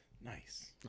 nice